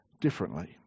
differently